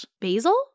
basil